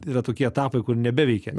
yra tokie etapai kur nebeveikia